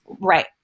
right